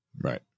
Right